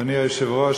אדוני היושב-ראש,